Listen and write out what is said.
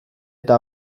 eta